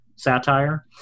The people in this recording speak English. satire